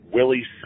Willie